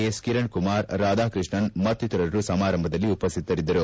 S Kiran Kumar Radhakrishnan ಮಕ್ತಿತರರು ಸಮಾರಂಭದಲ್ಲಿ ಉಪಶ್ಯಿತರಿದ್ದರು